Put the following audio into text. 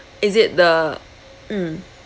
is it the mm